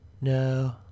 no